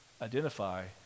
Identify